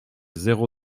zéro